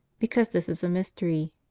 because this is a mystery.